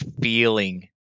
feeling